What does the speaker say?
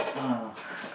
uh